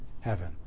heaven